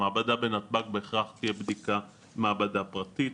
המעבדה בנתב"ג בהכרח תהיה מעבדה פרטית.